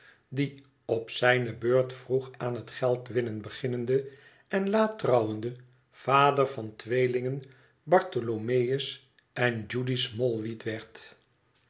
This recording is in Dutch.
die op zijne beurt vroeg aan het geldwinnen beginnende en laat trouwende vader van tweelingen bartholomeus en judy smallweed werd